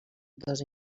dos